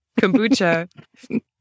Kombucha